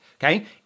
okay